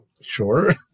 Sure